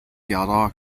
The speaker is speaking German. gerda